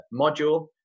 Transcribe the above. module